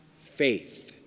faith